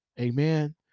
Amen